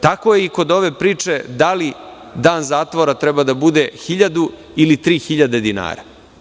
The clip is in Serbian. Tako je i kod ove priče da li dan zatvora treba da bude 1.000 ili 3.000 dinara.